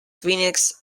phoenix